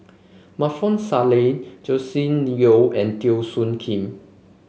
Maarof Salleh Joscelin Yeo and Teo Soon Kim